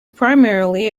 primarily